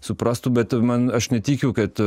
suprastų bet man aš netikiu kad